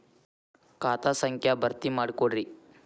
ಖಾತಾ ಸಂಖ್ಯಾ ಭರ್ತಿ ಮಾಡಿಕೊಡ್ರಿ